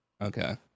Okay